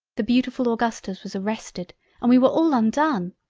the beautifull augustus was arrested and we were all undone.